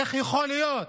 איך זה יכול להיות?